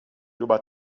ruba